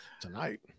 Tonight